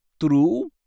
True